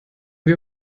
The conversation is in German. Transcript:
wir